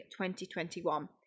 2021